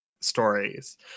stories